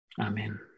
Amen